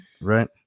Right